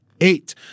Eight